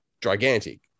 gigantic